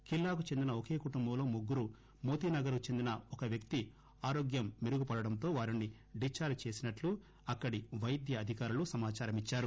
ఖిల్లాకు చెందిన ఒకే కుటుంబంలో ముగ్గురు మోతీనగర్ కు చెందిన ఒక వ్యక్తి ఆరోగ్యం మెరుగు పడటంతో వారిని డిశ్చార్ట్ చేసినట్లు అక్కడి వైద్యాధికారులు సమాచారమిచ్చారు